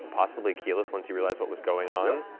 possibly keyleth once she realized what was going on.